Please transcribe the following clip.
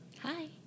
Hi